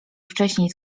wcześniej